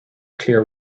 clear